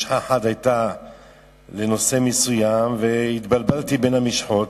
משחה אחת היתה לנושא מסוים, והתבלבלתי בין המשחות